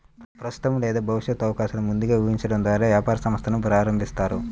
ప్రస్తుత లేదా భవిష్యత్తు అవకాశాలను ముందే ఊహించడం ద్వారా వ్యాపార సంస్థను ప్రారంభిస్తారు